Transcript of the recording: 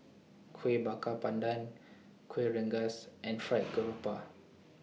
Kuih Bakar Pandan Kuih Rengas and Fried Garoupa